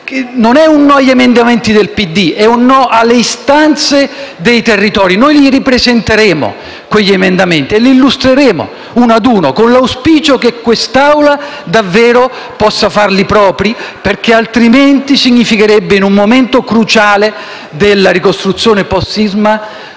Non è un no agli emendamenti del PD; è un no alle istanze dei territori. Ripresenteremo quegli emendamenti e li illustreremo uno ad uno, con l'auspicio che quest'Assemblea davvero possa farli propri, perché altrimenti, in un momento cruciale della ricostruzione post-sisma,